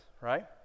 right